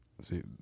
See